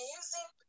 using